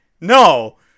no